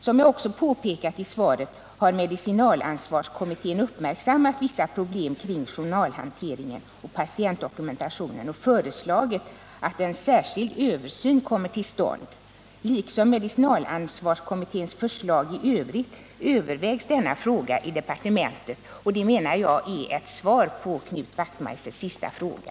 Som jag också påpekat i svaret har medicinalansvarskommittén uppmärksammat vissa problem i samband med journalhanteringen och patientdokumentationen och föreslagit att en särskild översyn kommer till stånd. Liksom medicinalansvarskommitténs förslag i övrigt övervägs denna fråga i departementet. Det menar jag är ett svar på Knut Wachtmeisters senaste fråga.